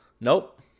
Nope